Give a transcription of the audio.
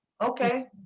Okay